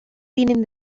tienen